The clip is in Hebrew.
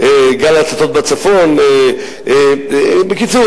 "גל הצתות בצפון" בקיצור,